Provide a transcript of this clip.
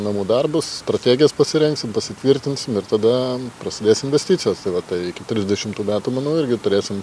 namų darbus strategijas pasirengsim pasitvirtinsim ir tada prasidės investicijos tai va tai iki trisdešimtų metų manau irgi turėsim